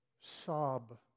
Sob